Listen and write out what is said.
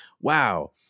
wow